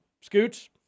Scoots